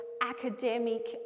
academic